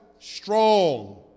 strong